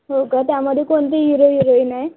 हो का त्यामध्ये कोणते हिरो हिरोईन आहे